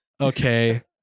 okay